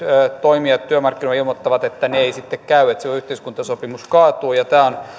toimijat työmarkkinoilla ilmoittavat että ne eivät sitten käy että silloin yhteiskuntasopimus kaatuu tämä on